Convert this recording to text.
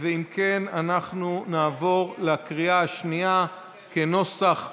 אם כן, אנחנו נעבור לקריאה השנייה כנוסח הוועדה.